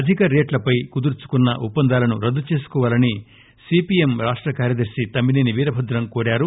అధిక రేటుపై కుదుర్చుకున్న ఒప్పందాలను రద్దు చేసుకోవాలని సి పి ఎం రాష్ట కార్యదర్తి తమ్మి సేని వీరభద్రం కోరారు